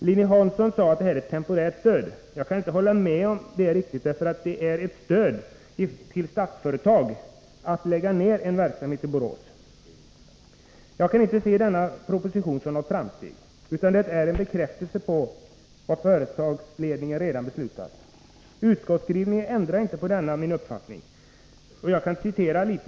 Lilly Hansson sade att detta är ett temporärt stöd. Jag kan inte riktigt hålla med om det, för det är ett stöd till Statsföretag att lägga ned en verksamhet i Borås. Jag kan inte se denna proposition som något framsteg, utan det är en bekräftelse på vad företagsledningen redan beslutat. Utskottsskrivningen ändrar inte på denna min uppfattning.